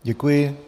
Děkuji.